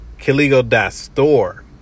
Kiligo.store